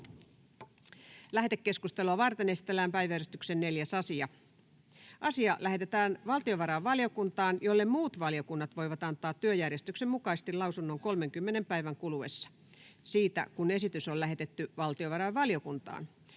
Lähetekeskustelua varten esitellään päiväjärjestyksen 4. asia. Asia lähetetään valtiovarainvaliokuntaan, jolle muut valiokunnat voivat antaa työjärjestyksen mukaisesti lausunnon 30 päivän kuluessa siitä, kun esitys on lähetetty valtiovarainvaliokuntaan.